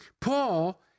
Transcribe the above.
Paul